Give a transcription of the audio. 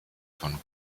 von